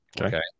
Okay